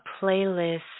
playlist